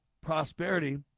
prosperity